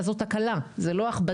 אז זאת הקלה, זו לא הכבדה.